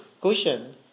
cushion